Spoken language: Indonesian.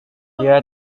dia